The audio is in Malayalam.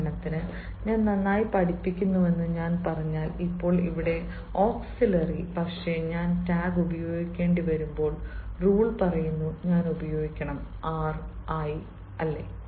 ഉദാഹരണത്തിന് ഞാൻ നന്നായി പഠിപ്പിക്കുന്നുവെന്ന് ഞാൻ പറഞ്ഞാൽ ഇപ്പോൾ ഇവിടെ ഓക്സിലിയേരി പക്ഷേ ഞാൻ ടാഗ് ഉപയോഗിക്കേണ്ടിവരുമ്പോൾ റൂൾ പറയുന്നു ഞാൻ ഉപയോഗിക്കണം "ആർ"